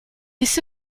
this